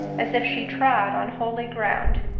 as if she trod on holy ground.